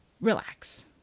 relax